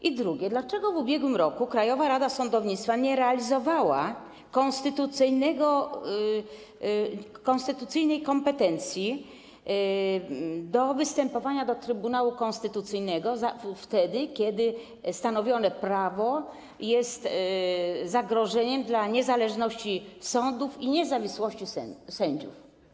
I po drugie, dlaczego w ubiegłym roku Krajowa Rada Sądownictwa nie realizowała konstytucyjnej kompetencji do występowania do Trybunału Konstytucyjnego wtedy, kiedy stanowione prawo jest zagrożeniem dla niezależności sądów i niezawisłości sędziów?